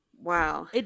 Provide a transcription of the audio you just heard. Wow